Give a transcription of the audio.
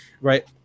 right